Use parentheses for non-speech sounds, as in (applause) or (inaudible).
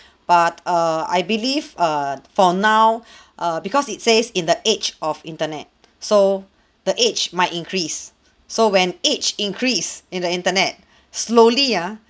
(breath) but uh I believe err for now (breath) err because it says in the age of internet so the age might increase so when age increase in the internet (breath) slowly ah